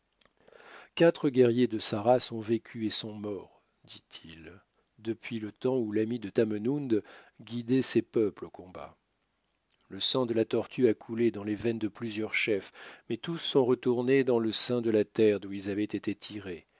quatre guerriers de sa race ont vécu et sont morts dit-il depuis le temps où l'ami de tamenund guidait ses peuples au combat le sang de la tortue a coulé dans les veines de plusieurs chefs mais tous sont retournés dans le sein de la terre d'où ils avaient été tirés